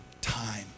time